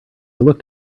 looked